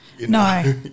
No